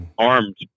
Armed